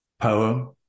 poem